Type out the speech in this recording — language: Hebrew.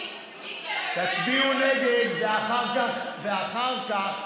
תצביעו נגד ואחר כך